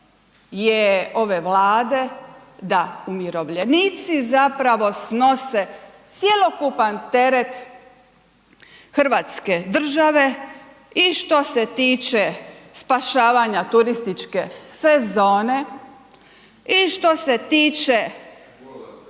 je ove Vlade da umirovljenici zapravo snose cjelokupan teret Hrvatske države i što se tiče spašavanja turističke sezone, i što se tiče,